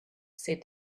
said